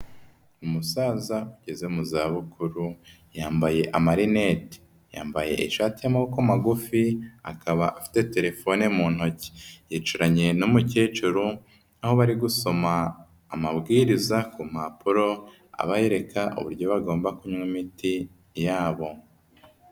Umusaza ugeze mu zabukuru yambaye amarineti, yambaye ishati y'amaboko magufi, akaba afite telefone mu ntoki. Yicaranye n'umukecuru, aho bari gusoma amabwiriza ku mpapuro abereka uburyo bagomba kunywa imiti yabo.